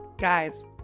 Guys